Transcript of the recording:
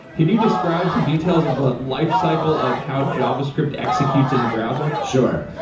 can you describe some details of the lifecycle of how javascript executes in the browser? sure.